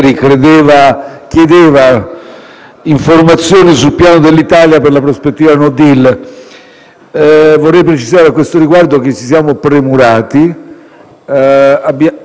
Vorrei precisare a questo riguardo che ci siamo premurati di questa prospettiva: